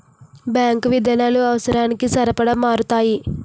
bank విధానాలు అవసరాలకి సరిపడా మారతాయి